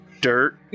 Dirt